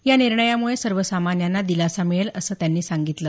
या निर्णयाम्ळे सर्वसामान्यांना दिलासा मिळेल असं त्यांनी सांगितलं